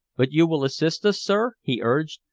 but you will assist us, sir? he urged.